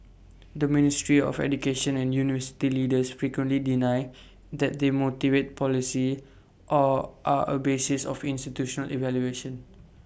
the ministry of education and university leaders frequently deny that they motivate policy or are A basis of institutional evaluation